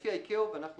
לפי ה-ICAO ואנחנו